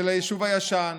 של היישוב הישן,